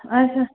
آچھا